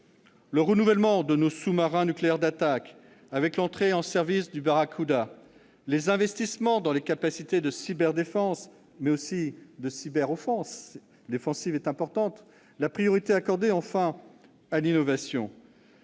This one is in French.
le renouvellement de nos sous-marins nucléaires d'attaque, avec l'entrée en service du Barracuda ; les investissements dans les capacités de cyberdéfense comme de cyberoffense ; la priorité accordée, enfin, à l'innovation.